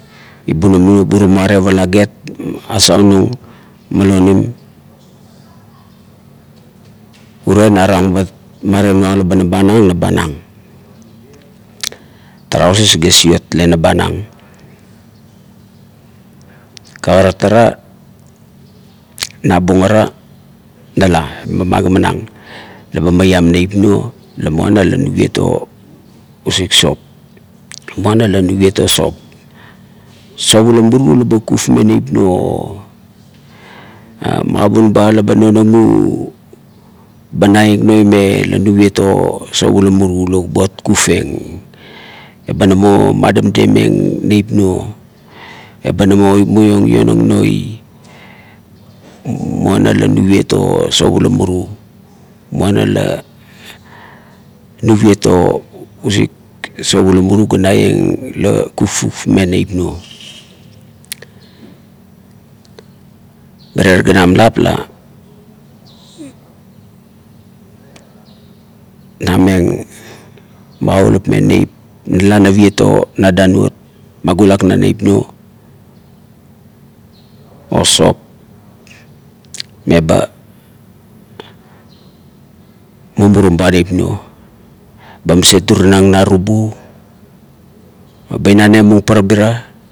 Ibunim nuo buruma are palaget asau nung malonim urie narang mane nuang laba nabanang, nabanang. Trausis ga siot la ba nabanang, kagarat ara, nabung ara nala, le ba magimanang la ba meiam neip nuo la muana lo nuviet o usik sop muana la nuiet o sop, sop ula muru laba kufkufmeng neip nuo, magabun be la ba nonang iu, ba naieng noime la nuviet o sop ula muru la buat kufkufmeng eba namo mademdem ieng neip nuo, eba namo muiong nonag noi, muana la nuviet o sop ula muru, muana la nuviet o usik sop ula muru ga naieng la kufkufmeng neip nuol mirie ganam lap la na meng magaulap me neip, na la naiet o na danuot, magulaknang neip nuo o sop me ba mumurum ba neip nuo, ba maset durinang narubu ba ina nemung parabira